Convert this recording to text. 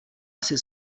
asi